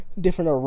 different